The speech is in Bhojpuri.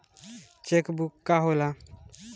चेक बुक का होला?